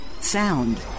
Sound